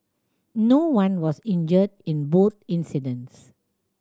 no one was injured in both incidents